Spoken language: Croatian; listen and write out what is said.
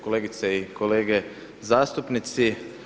Kolegice i kolege zastupnici.